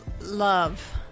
love